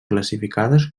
classificades